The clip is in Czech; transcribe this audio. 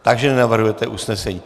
Takže nenavrhujete usnesení.